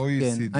OECD, כן.